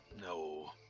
No